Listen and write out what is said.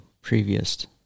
previous